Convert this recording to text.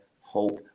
hope